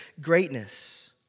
greatness